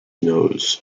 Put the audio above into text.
nose